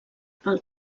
pel